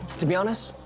to be honest,